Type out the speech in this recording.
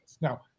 Now